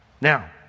Now